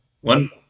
One